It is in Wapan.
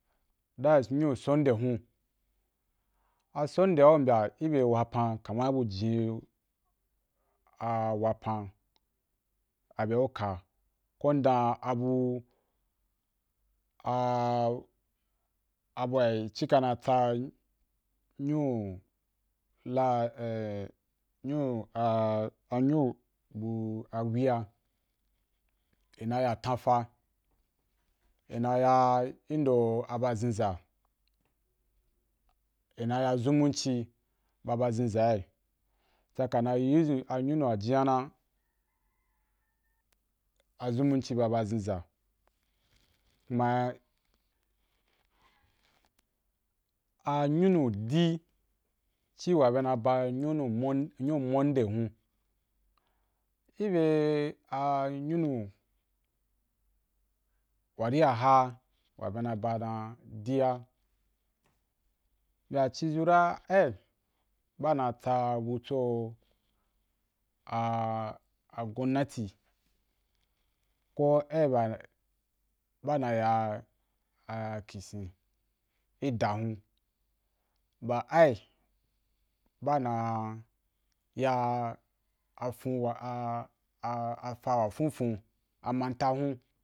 That’s nyu sunday hun, a sunday u bya i be wapan kaman bu jin a wapan abya uka, ko indan abu abua i cika na tsa nyu la e nyu nyu bu a wi’a i na ya tan fa, i na ya i ndoaba zenza, i na ya zumunci ba ba zenzai tsamunci ba ba zenza kuma a nyunu di, ji wa be na ba nyunu, nya monday hun i be a nyunu wa ri a ha wa be na ba dan di a bya oi zu ra ai ba na tsa butus a agonati, ko ai wa ba na ya akisin i da hun ba ai ba na ya afon afa wa fonfon a manta tun